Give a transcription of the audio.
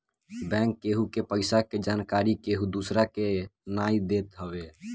bank केहु के पईसा के जानकरी केहू दूसरा के नाई देत हवे